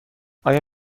آیا